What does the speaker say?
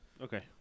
Okay